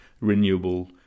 renewable